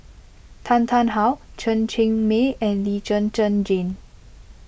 Tan Tarn How Chen Cheng Mei and Lee Zhen Zhen Jane